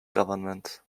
government